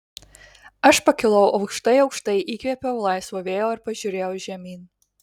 aš pakilau aukštai aukštai įkvėpiau laisvo vėjo ir pažiūrėjau žemyn